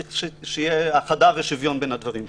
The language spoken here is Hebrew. צריך שיהיו האחדה ושוויון בין הדברים.